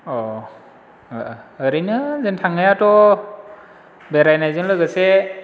ओरैनो जों थांनायाथ' बेरायनायजों लोगोसे